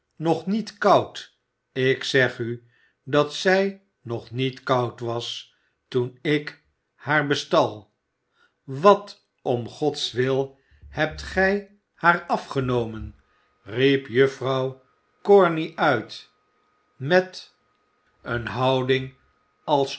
nog niet koud ik zeg u dat zij nog niet koud was toen ik haar bestal wat om gods wil hebt gij haar afgenomen riep juffrouw corney uit met eene houding alsof